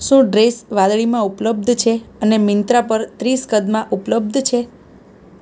શું ડ્રેસ વાદળીમાં ઉપલબ્ધ છે અને મિન્ત્રા પર ત્રીસ કદમાં ઉપલબ્ધ છે